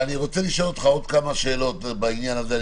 אני רוצה לשאול אותך עוד כמה שאלות בעניין הזה.